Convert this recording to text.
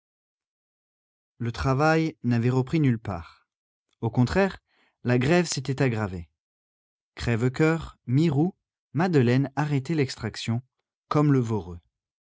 le travail n'avait repris nulle part au contraire la grève s'était aggravée crèvecoeur mirou madeleine arrêtaient l'extraction comme le